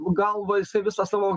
galva jisai visą savo